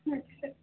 yes sir